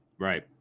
Right